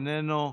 איננו.